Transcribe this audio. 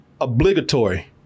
obligatory